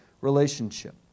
relationship